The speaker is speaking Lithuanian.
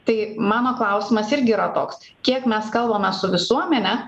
tai mano klausimas irgi yra toks kiek mes kalbame su visuomene